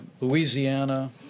Louisiana